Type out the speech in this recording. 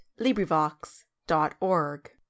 LibriVox.org